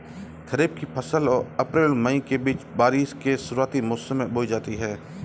खरीफ़ की फ़सल अप्रैल और मई के बीच, बारिश के शुरुआती मौसम में बोई जाती हैं